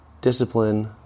discipline